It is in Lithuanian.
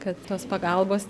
kad tos pagalbos